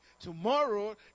tomorrow